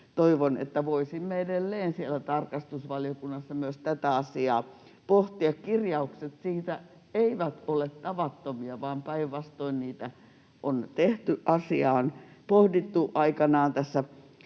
toivon, että voisimme edelleen siellä tarkastusvaliokunnassa myös tätä asiaa pohtia. Kirjaukset siitä eivät ole tavattomia, vaan päinvastoin. Niitä on tehty asiaan, pohdittu aikanaan